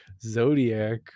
Zodiac